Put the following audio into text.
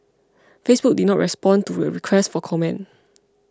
Facebook did not respond to a request for comment